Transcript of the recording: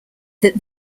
that